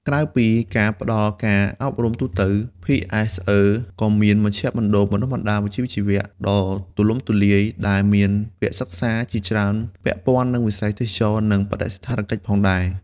ក្រៅពីការផ្តល់ការអប់រំទូទៅ ភីអេសអឺក៏មាន មជ្ឈមណ្ឌលបណ្តុះបណ្តាលវិជ្ជាជីវៈ ដ៏ទូលំទូលាយ ដែលមានវគ្គសិក្សាជាច្រើនពាក់ព័ន្ធនឹងវិស័យទេសចរណ៍ និងបដិសណ្ឋារកិច្ចផងដែរ។